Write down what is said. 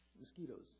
mosquitoes